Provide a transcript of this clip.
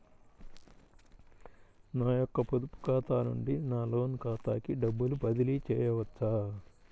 నా యొక్క పొదుపు ఖాతా నుండి నా లోన్ ఖాతాకి డబ్బులు బదిలీ చేయవచ్చా?